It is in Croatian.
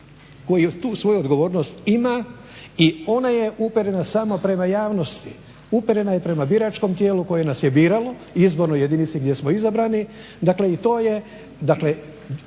koji tu svoju odgovornost ima i ona je uperena sama prema javnosti, uperena je prema biračkom tijelu koje nas je biralo i izbornoj jedinici gdje smo izabrani. Dakle, i to je,